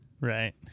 Right